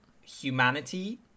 humanity